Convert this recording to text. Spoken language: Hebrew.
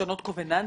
לשנות קובננטים?